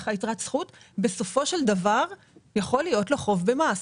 יתרת זכות אבל בסופו של דבר יכול להיות לו חוב במס.